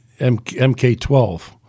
MK12